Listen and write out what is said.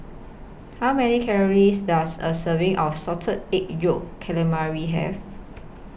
How Many Calories Does A Serving of Salted Egg Yolk Calamari Have